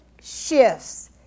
shifts